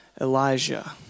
Elijah